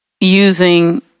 using